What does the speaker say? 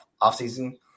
Off-season